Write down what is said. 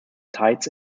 tides